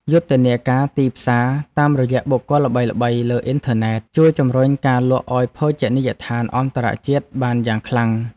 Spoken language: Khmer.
យុទ្ធនាការទីផ្សារតាមរយៈបុគ្គលល្បីៗលើអ៊ីនធឺណិត ជួយជម្រុញការលក់ឱ្យភោជនីយដ្ឋានអន្តរជាតិបានយ៉ាងខ្លាំង។